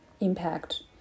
Impact